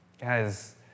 Guys